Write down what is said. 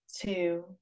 two